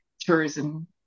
Tourism